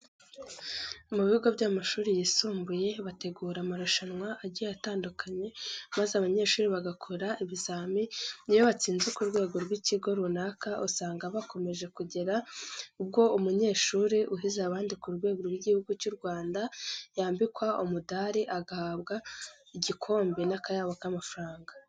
Mu bigo by'amashuri yisumbuye bategura amarushanwa agiye atandukanye maze abanyeshuri bagakora ibizamini iyo batsinze ku rwego rw'ikigo runaka, usanga bakomeje kugera ubwo umunyeshuri uhize abandi ku rwego rw'Igihugu cy'u Rwanda yambikwa umudari, agahabwa igikombe n'akayabo k'amafaranga.